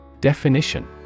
Definition